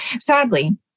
sadly